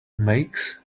makes